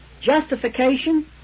Justification